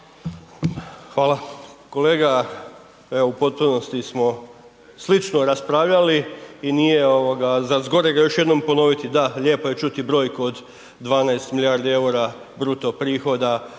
Hvala. Kolega, evo u potpunosti smo slično raspravljali i nije za zgorega još jednom ponoviti, da lijepo je čuti brojku od 12 milijardi EUR-a bruto prihoda